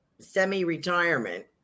semi-retirement